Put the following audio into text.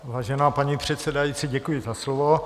Vážená paní předsedající, děkuji za slovo.